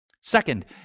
Second